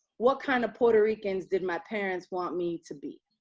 what kind of puerto rican did my parents want me to be?